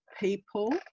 people